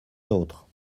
nôtre